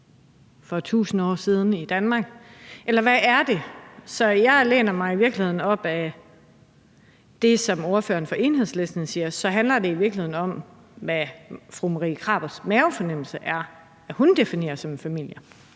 for tusind år siden i Danmark? Eller hvad er det? Jeg læner mig i virkeligheden op ad det, som ordføreren for Enhedslisten siger. Men handler det i virkeligheden om, hvad fru Marie Krarups mavefornemmelse er, hvad hun definerer som en familie?